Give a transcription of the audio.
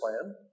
plan